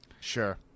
Sure